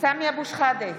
סמי אבו שחאדה,